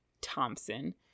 Thompson